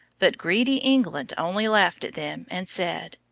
but greedy england only laughed at them, and said,